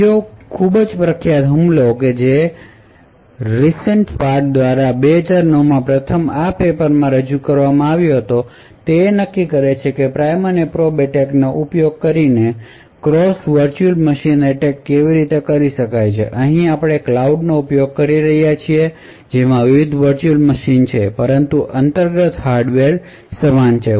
બીજો ખૂબ પ્રખ્યાત હુમલો જે રિસ્ટેનપાર્ટ દ્વારા 2009 માં પ્રથમ આ પેપરમાં રજૂ કરવામાં આવ્યો હતો તે નક્કી કરે છે કે પ્રાઇમ અને પ્રોબ એટેક નો ઉપયોગ કરીને ક્રોસ વર્ચુઅલ મશીન એટેક કેવી રીતે કરી શકાય છે અહીં આપણે ક્લાઉડ નો ઉપયોગ કરી રહ્યા છીએ કે જેમાં વિવિધ વર્ચુઅલ મશીનો છે પરંતુ અંતર્ગત હાર્ડવેર સમાન છે